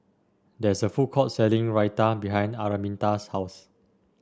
there is a food court selling Raita behind Araminta's house